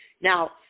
Now